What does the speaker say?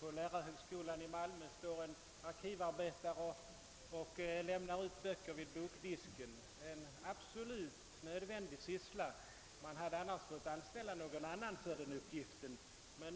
På lärarhögskolans bibliotek i Malmö står en arkivarbetare och lämnar ut böcker vid bokdisken; det är en absolut nödvändig syssla som man annars hade måst anställa någon annan att utföra.